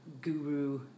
guru